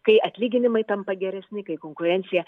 kai atlyginimai tampa geresni kai konkurencija